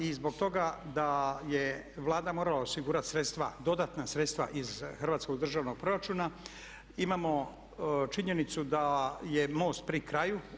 I zbog toga da je Vlada morala osigurati sredstva, dodatna sredstva iz Hrvatskog državnog proračuna imamo činjenicu da je most pri kraju.